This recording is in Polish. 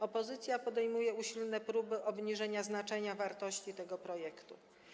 Opozycja podejmuje usilne próby obniżenia znaczenia, wartości tego projektu.